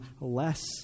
less